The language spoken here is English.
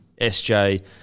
SJ